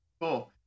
Cool